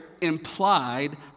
implied